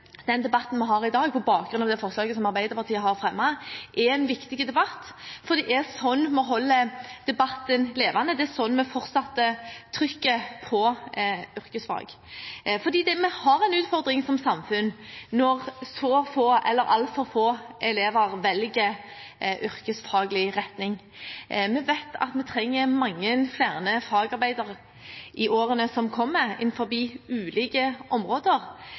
den debatten vi har i dag, på bakgrunn av det forslaget som Arbeiderpartiet har fremmet, er en viktig debatt, for det er sånn vi holder debatten levende, det er sånn vi fortsetter trykket på yrkesfag. Vi har en utfordring som samfunn når så få – eller altfor få – elever velger yrkesfaglig retning. Vi vet at vi trenger mange flere fagarbeidere i årene som kommer, innenfor ulike områder.